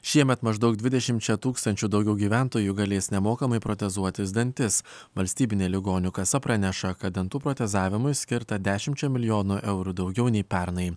šiemet maždaug dvidešimčia tūkstančių daugiau gyventojų galės nemokamai protezuotis dantis valstybinė ligonių kasa praneša kad dantų protezavimui skirta dešimčia milijonų eurų daugiau nei pernai